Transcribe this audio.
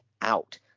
out